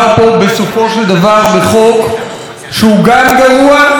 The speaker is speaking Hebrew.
בחוק שהוא גם גרוע וגם מיותר,